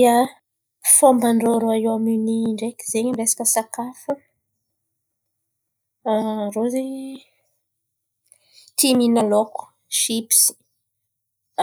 Ia, fomba ndrô roaiôminia io ndreky zen̈y resaka sakafo, irô zen̈y tia mihin̈a lôko, sipisy.